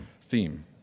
theme